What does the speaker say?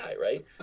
right